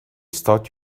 start